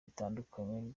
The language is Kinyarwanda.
bitandukanye